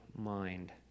mind